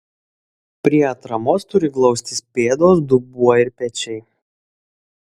prie atramos turi glaustis pėdos dubuo ir pečiai